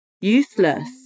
useless